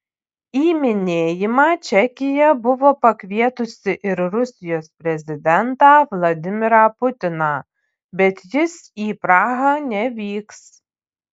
į minėjimą čekija buvo pakvietusi ir rusijos prezidentą vladimirą putiną bet jis į prahą nevyks